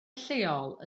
lleol